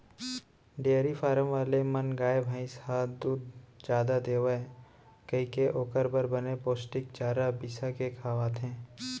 dairy farm वाले मन गाय, भईंस ह दूद जादा देवय कइके ओकर बर बने पोस्टिक चारा बिसा के खवाथें